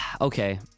Okay